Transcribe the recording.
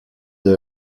the